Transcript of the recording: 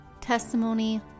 testimony